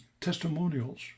testimonials